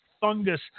fungus